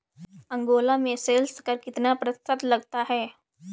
Angola में sales कर कितना प्रतिशत तक लगता है?